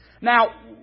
Now